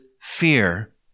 fear